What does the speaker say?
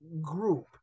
group